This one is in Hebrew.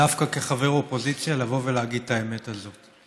דווקא כחבר אופוזיציה, לבוא ולהגיד את האמת הזאת.